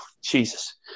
Jesus